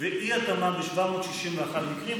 ואי-התאמה ב-761 מקרים.